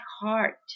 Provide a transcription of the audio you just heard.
heart